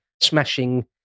smashing